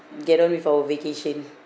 get on with our vacation